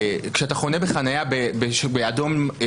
כשאתה חונה בחנייה באדום-לבן,